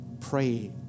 pray